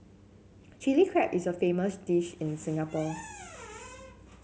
Chilli Crab is a famous dish in Singapore